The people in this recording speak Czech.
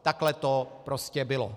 Takhle to prostě bylo.